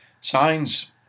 Signs